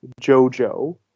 Jojo